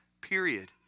period